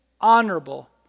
honorable